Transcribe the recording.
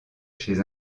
chez